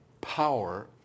power